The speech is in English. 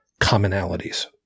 commonalities